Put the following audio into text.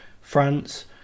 France